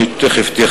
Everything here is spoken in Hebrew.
אני תיכף גם אתייחס.